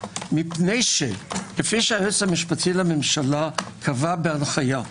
מפני שכפי שהיועץ המשפטי לממשלה קבע בהנחיה,